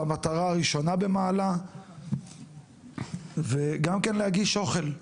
המטרה הראשונה במעלה וגם כן להגיש אוכל,